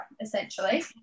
essentially